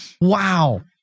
Wow